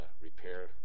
repair